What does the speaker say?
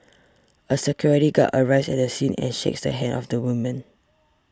a security guard arrives at the scene and shakes the hand of the woman